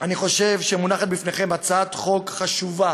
אני חושב שמונחת בפניכם הצעת חוק חשובה